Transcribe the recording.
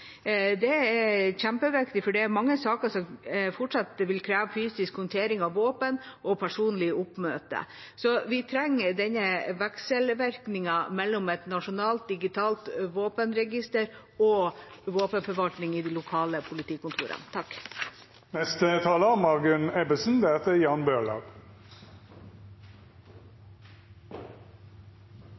Det er kjempeviktig, for det er mange saker som fortsatt vil kreve fysisk håndtering av våpen og personlig oppmøte. Vi trenger denne vekselvirkningen mellom et nasjonalt digitalt våpenregister og våpenforvaltning på de lokale politikontorene.